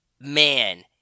Man